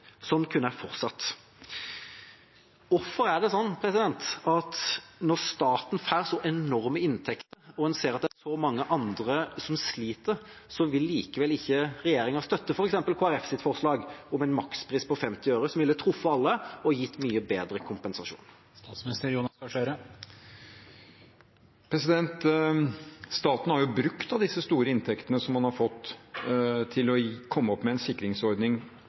Sånn kunne jeg fortsatt. Hvorfor er det sånn at når staten får så enorme inntekter, og en ser at det er så mange andre som sliter, så vil likevel ikke regjeringa støtte f.eks. Kristelig Folkepartis forslag om en makspris på 50 øre, som ville truffet alle, og gitt mye bedre kompensasjon? Staten har jo brukt av disse store inntektene som man har fått, til å komme opp med en sikringsordning